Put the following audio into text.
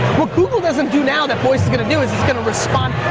what google doesn't do now that voice is gonna do, is it's gonna respond.